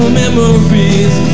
memories